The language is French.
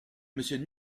monsieur